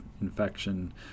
infection